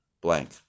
blank